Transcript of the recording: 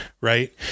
Right